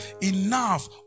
enough